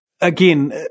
again